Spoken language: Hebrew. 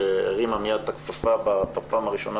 שהרימה מייד את הכפפה בפעם הראשונה